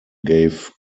gave